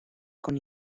con